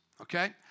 okay